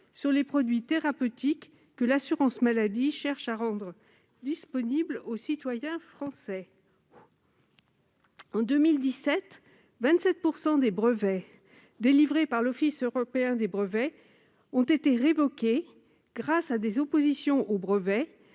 sur les produits thérapeutiques que l'assurance maladie cherche à rendre accessibles aux citoyens français. En 2017, 27 % des brevets délivrés par l'Office européen des brevets (OEB) ont été révoqués grâce à des oppositions démontrant